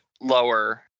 lower